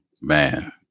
man